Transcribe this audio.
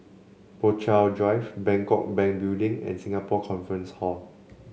Rochalie Drive Bangkok Bank Building and Singapore Conference Hall